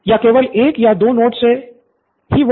pro बाला या केवल एक या दो नोट्स हो ही